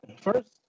First